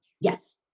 Yes